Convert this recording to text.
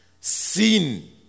sin